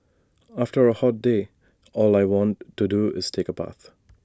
after A hot day all I want to do is take A bath